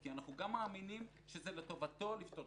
כי כולם בסופו של דבר רוצים את הטוב גורמות